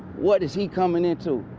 what is he coming into?